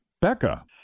Becca